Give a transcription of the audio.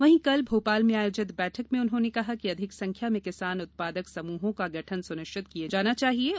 वहीं कल मोपाल में आयोजित बैठक में उन्होंने कहा कि अधिक संख्या में किसान उत्पादक समूहों का गठन सुनिश्चित किये जाने के लिये भी कहा